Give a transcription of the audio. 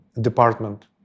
department